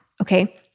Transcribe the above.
Okay